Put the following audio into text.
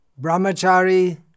brahmachari